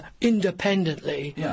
independently